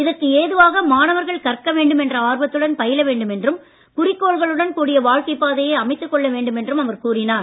இதற்கு ஏதுவாக மாணவர்கள் கற்க வேண்டுமென்ற ஆர்வத்துடன் பயில வேண்டும் என்றும் குறிக்கோள்களுடன் கூடிய வாழ்க்கைப் பாதையை அமைத்துக் கொள்ள வேண்டும் என்றும் அவர் கூறினார்